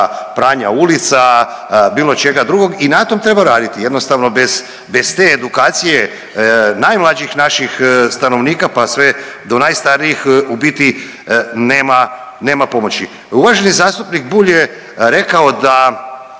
pranja ulica, bilo čega drugog i na tom treba raditi, jednostavno bez te edukacije najmlađih naših stanovnika pa sve do najstarijih, u biti nema, nema pomoći. Uvaženi zastupnik Bulj je rekao da